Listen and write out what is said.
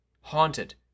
haunted